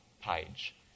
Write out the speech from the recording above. page